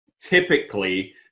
typically